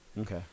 Okay